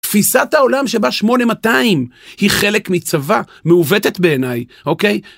תפיסת העולם שבה 8200 היא חלק מצבא מעוותת בעיניי, אוקיי?